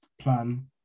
plan